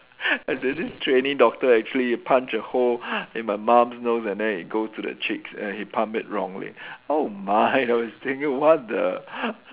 there's this trainee doctor actually punch a hole in my mum nose and then it goes to the cheeks and he pump it wrongly oh my I was thinking what the